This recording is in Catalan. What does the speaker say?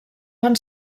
fan